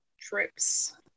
trips